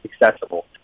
accessible